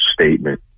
statement